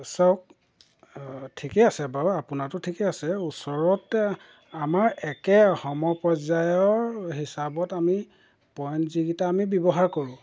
চাওক ঠিকেই আছে বাৰু আপোনাৰটো ঠিকেই আছে ওচৰতে আমাৰ একে সমপৰ্যায়ৰ হিচাপত আমি পইন্ট যিকেইটা আমি ব্যৱহাৰ কৰোঁ